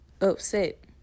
Upset